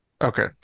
Okay